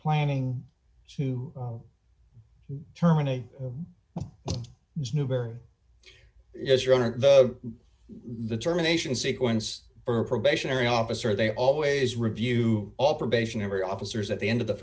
planning to terminate this newbery yes your honor the terminations sequence or probationary officer they always review all probationary officers at the end of the